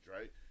right